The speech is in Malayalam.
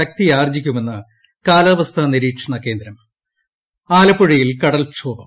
ശക്തിയാർജ്ജിക്കുമെന്ന് കാലാവസ്ഥാ നിരീക്ഷണകേന്ദ്രം ആലപ്പുഴയിൽ കടൽക്ഷോഭം